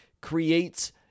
creates